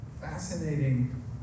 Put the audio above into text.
fascinating